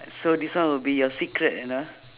so this one will be your secret you know